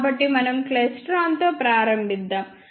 కాబట్టి మనం క్లైస్ట్రాన్తో ప్రారంభిద్దాం